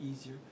easier